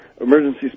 emergency